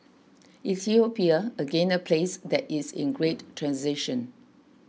Ethiopia again a place that is in great transition